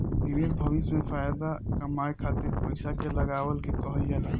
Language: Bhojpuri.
निवेश भविष्य में फाएदा कमाए खातिर पईसा के लगवला के कहल जाला